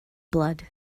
blood